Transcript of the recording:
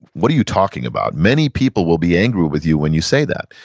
what are you talking about? many people will be angry with you when you say that.